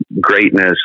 greatness